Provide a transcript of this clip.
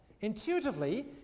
Intuitively